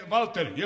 Walter